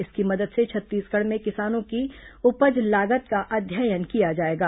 इसकी मदद से छत्तीसगढ़ में किसानों की उपज लागत का अध्ययन किया जाएगा